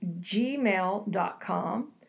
gmail.com